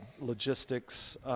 logistics